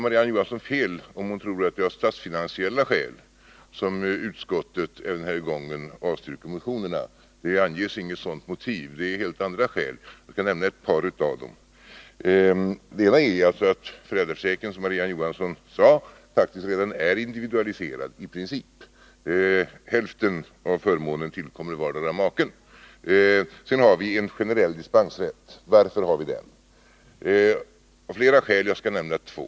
Marie-Ann Johansson har fel, om hon tror att det är av statsfinansiella skäl som utskottet även denna gång avstyrker motionerna. Det anges inte något sådant motiv. Vi gör det av helt andra skäl, och jag skall nämna ett par av dem. Det ena är att föräldraförsäkringen, som Marie-Ann Johansson sade, i princip redan är individualiserad. Hälften av förmånen tillkommer vardera maken. Från denna regel har vi en generell dispensrätt. Varför har vi då en sådan? Det finns flera skäl till detta. Jag skall nämna två.